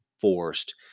forced